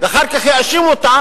ואחר כך יאשימו אותה